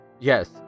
Yes